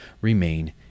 remain